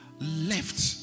left